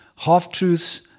Half-truths